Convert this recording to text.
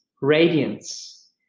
radiance